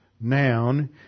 noun